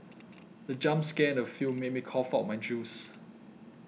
the jump scare in the film made me cough out my juice